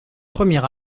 premier